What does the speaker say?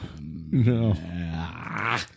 No